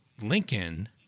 Lincoln